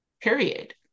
period